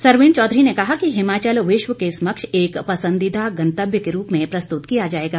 सरवीण चौधरी ने कहा कि हिमाचल विश्व के समक्ष एक पसंदीदा गन्तव्य के रूप में प्रस्तुत किया जाएगा